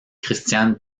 christiane